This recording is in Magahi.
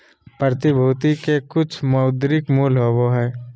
प्रतिभूति के कुछ मौद्रिक मूल्य होबो हइ